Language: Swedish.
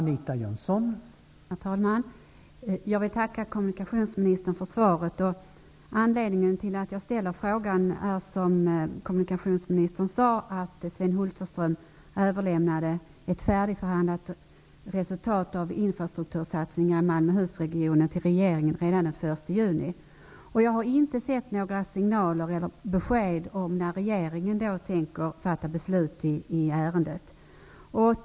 Herr talman! Jag vill tacka kommunikationsministern för svaret. Anledningen till att jag ställer frågan är, som kommunikationsministern sade, att Sven Malmöhusregionen till regeringen redan den 1 juni. Jag har inte sett några signaler eller fått några besked om när regeringen tänker fatta beslut i ärendet.